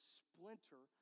splinter